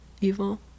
Evil